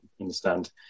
understand